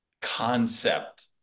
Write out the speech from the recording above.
concept